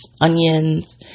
onions